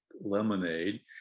lemonade